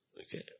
Okay